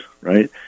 right